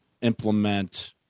implement